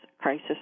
crisis